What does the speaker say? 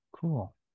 Cool